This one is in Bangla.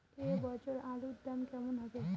এ বছর আলুর দাম কেমন হবে?